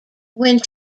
when